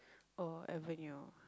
or avenue